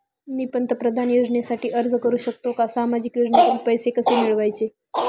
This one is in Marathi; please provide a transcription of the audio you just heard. मी पंतप्रधान योजनेसाठी अर्ज करु शकतो का? सामाजिक योजनेतून पैसे कसे मिळवायचे